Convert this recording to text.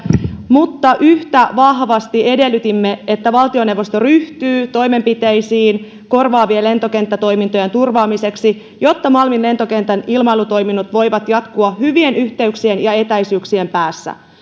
mutta yhtä vahvasti edellytimme että valtioneuvosto ryhtyy toimenpiteisiin korvaavien lentokenttätoimintojen turvaamiseksi jotta malmin lentokentän ilmailutoiminnot voivat jatkua hyvien yhteyksien ja etäisyyksien päässä